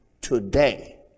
today